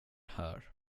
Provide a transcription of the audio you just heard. här